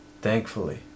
thankfully